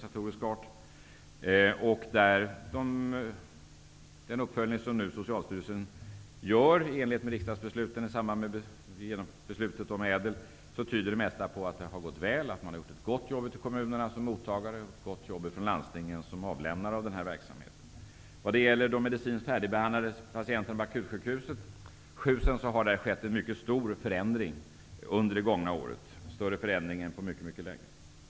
Enligt den uppföljning som Socialstyrelsen nu gör i enlighet med riksdagsbeslutet om reformen tyder det mesta på att det har gått väl, att man ute i kommunerna har gjort ett gott jobb som mottagare och att man i landstingen har gjort ett gott jobb som avlämnare av den här verksamheten. Vad gäller de medicinskt färdigbehandlade patienterna på akutsjukhusen har det under det gångna året skett en mycket stor förändring, en större förändring än på mycket mycket länge.